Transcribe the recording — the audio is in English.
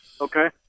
Okay